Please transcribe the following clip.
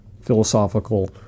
Philosophical